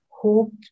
hope